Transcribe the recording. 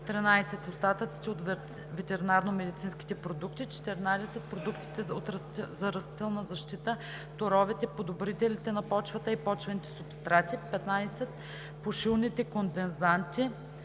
13. остатъците от ветеринарномедицинските продукти; 14. продуктите за растителна защита, торовете, подобрителите на почва и почвените субстрати; 15. пушилните кондензанти,